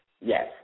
Yes